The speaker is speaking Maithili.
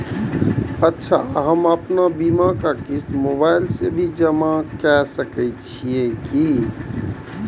अच्छा हम आपन बीमा के क़िस्त मोबाइल से भी जमा के सकै छीयै की?